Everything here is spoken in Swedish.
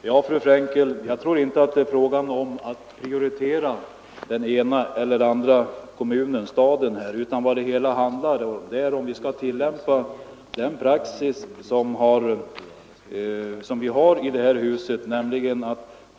Herr talman! Det gäller inte, fru Frankel, att prioritera den ena eller andra kommunen, utan frågan är om vi skall tillämpa den praxis som är vanlig i detta hus.